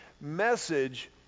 message